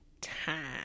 time